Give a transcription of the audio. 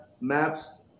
maps